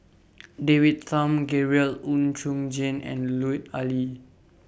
David Tham Gabriel Oon Chong Jin and Lut Ali